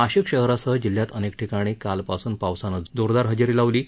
नाशिक शहरासह जिल्ह्यात अनेक ठिकाणी काल पासून पावसानं जोरदार हजेरी लावली आहे